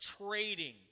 trading